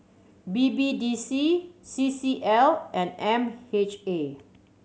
B B D C C C L and M H A